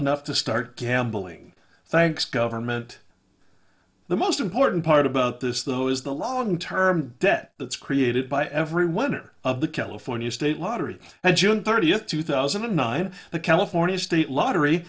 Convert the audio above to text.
enough to start gambling thanks government the most important part about this though is the law and term debt that's created by everyone or of the california state lottery and june thirtieth two thousand and nine the california state lottery